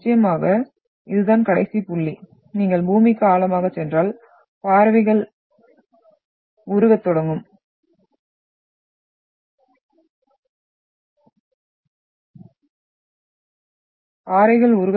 நிச்சயமாக இதுதான் கடைசி புள்ளி நீங்கள் பூமிக்கு ஆழமாகச் சென்றால் பாறைகள் உருகத்